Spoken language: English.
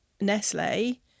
Nestle